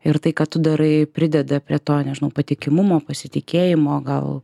ir tai ką tu darai prideda prie to nežinau patikimumo pasitikėjimo gal